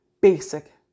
basic